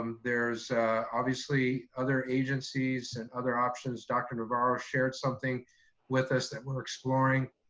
there's obviously other agencies and other options. dr. navarro shared something with us that we're exploring.